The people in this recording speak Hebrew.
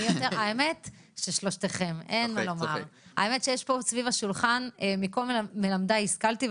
האמת שיש פה סביב השולחן מכל מלמדיי השכלתי.